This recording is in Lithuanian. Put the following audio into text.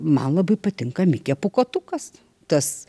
man labai patinka mikė pūkuotukas tas